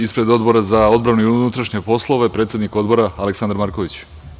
Ispred Odbora za odbranu i unutrašnje poslove, predsednik Odbora Aleksandar Marković.